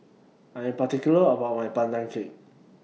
I Am particular about My Pandan Cake